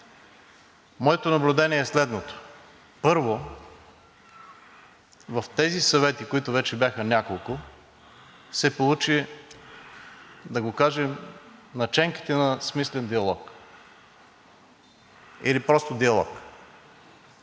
Моето наблюдение е следното: първо, в тези съвети, които вече бяха няколко, се получиха – да го кажем, наченките на смислен диалог. Или просто диалог.